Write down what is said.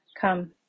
Come